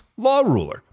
LawRuler